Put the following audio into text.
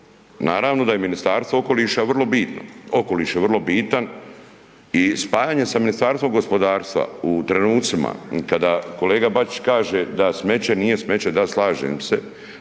Naravno da je Ministarstvo okoliša vrlo bitno, okoliš je vrlo bitan i spajanje sa Ministarstvom gospodarstva u trenucima kada kolega Bačić kaže da smeće nije smeće, da slažem se